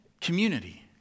community